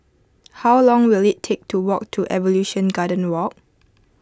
how long will it take to walk to Evolution Garden Walk